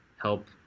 help